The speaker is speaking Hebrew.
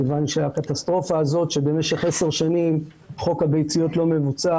כיוון שהקטסטרופה הזאת שבמשך עשר שנים חוק הביציות לא מבוצע